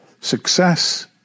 Success